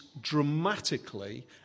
dramatically